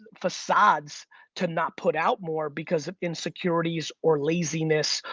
facades to not put out more, because of insecurities, or laziness,